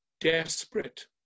desperate